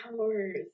hours